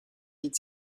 vite